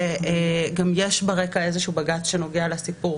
שגם יש ברקע איזשהו בג"ץ שנוגע לסיפור